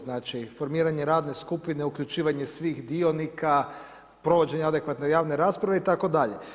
Znači, formiranje radne skupine, uključivanje svih dionika, provođenje adekvatne javne rasprave itd.